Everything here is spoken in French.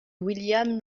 william